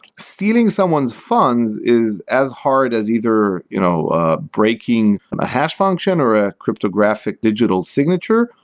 stealing someone's funds is as hard as either you know ah breaking a hash function or a cryptographic digital signature,